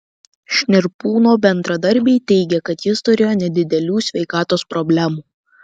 šnirpūno bendradarbiai teigė kad jis turėjo nedidelių sveikatos problemų